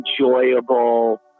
enjoyable